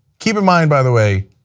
keep in mind, by the way,